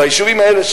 ביישובים האלה,